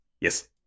Yes